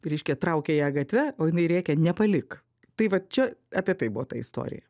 reiškia traukia ją gatve o jinai rėkia nepalik tai vat čia apie tai buvo ta istorija